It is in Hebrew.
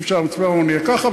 אי-אפשר שבמצפה-רמון יהיה ככה,